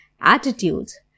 attitudes